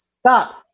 stop